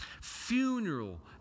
Funeral